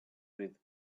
with